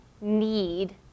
need